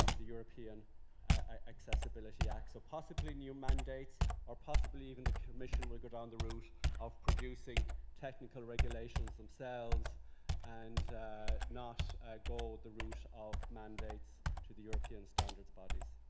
the european accessibility act. so possibly new mandate or possibly even the commission will go down the route of producing technical regulations themselves and not go the route of mandates to the european standards bodies.